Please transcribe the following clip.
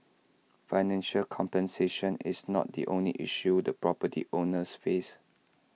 financial compensation is not the only issue the property owners face